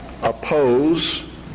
oppose